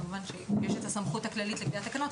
כמובן שיש את הסמכות הכללית לקביעת תקנות,